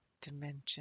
dimension